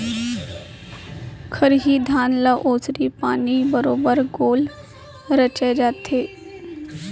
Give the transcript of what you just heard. खरही धान ल ओसरी पानी बरोबर गोल रचे जाथे